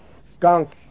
Skunk